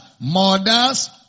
mothers